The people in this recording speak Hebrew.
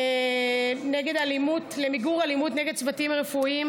השדולה למיגור אלימות נגד צוותים רפואיים.